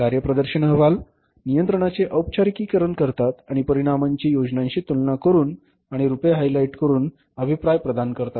कार्यप्रदर्शन अहवाल नियंत्रणाचे औपचारिकरण करतात आणि परिणामांची योजनांशी तुलना करून आणि रूपे हायलाइट करून अभिप्राय प्रदान करतात